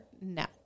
No